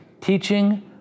teaching